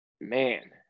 man